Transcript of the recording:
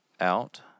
out